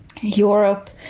Europe